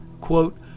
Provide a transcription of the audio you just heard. quote